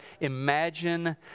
imagine